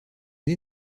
née